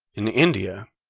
in india,